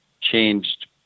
changed